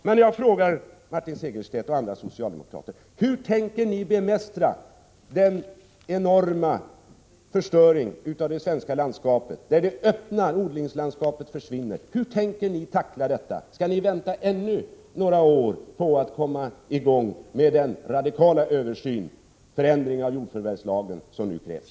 Jag vill fråga Martin Segerstedt och andra socialdemokrater: Hur tänker ni bemästra den enorma förstöringen av det svenska landskapet, där det öppna odlingslandskapet försvinner? Hur tänker ni tackla detta? Skall ni vänta ännu några år på att komma i gång med den radikala översyn och förändring av jordförvärvslagen som nu krävs?